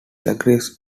agrees